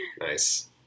Nice